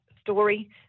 story